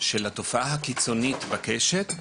של התופעה הקיצונית בקשת,